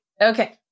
Okay